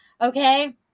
okay